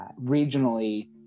regionally